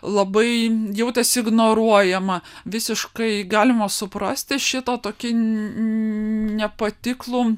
labai jautėsi ignoruojama visiškai galima suprasti šitą tokį nepatiklų